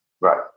Right